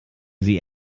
sie